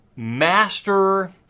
Master